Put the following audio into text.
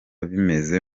bimeze